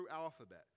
alphabet